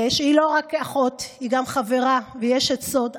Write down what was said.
שהיא לא רק אחות אלא גם חברה ואשת סוד,